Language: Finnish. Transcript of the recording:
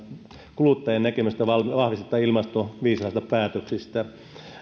kuluttajan näkemystä ilmastoviisaista päätöksistä vahvistetaan